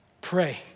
pray